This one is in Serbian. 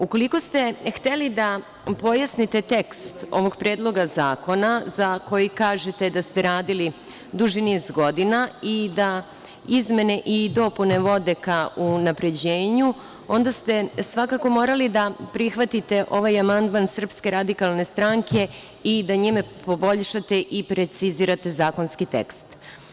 Ukoliko ste hteli da pojasnite tekst ovog Predloga zakona, za koji kažete da ste radili duži niz godina i da izmene i dopune vode ka unapređenju, onda ste svakako morali da prihvatite ovaj amandman SRS i da njime poboljšate i precizirate zakonski tekst.